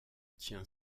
tient